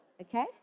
okay